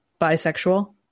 bisexual